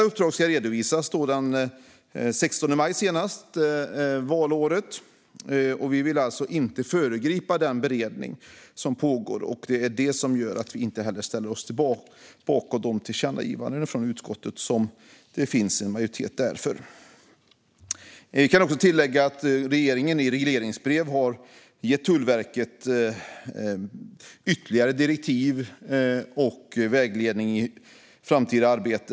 Uppdraget ska redovisas senast den 16 maj valåret. Vi vill inte föregripa den beredning som pågår. Det gör att vi inte ställer oss bakom de tillkännagivanden som en majoritet i utskottet är för. Jag kan tillägga att regeringen i regleringsbrev har gett Tullverket ytterligare direktiv och vägledning i det framtida arbetet.